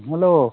hello